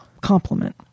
compliment